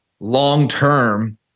long-term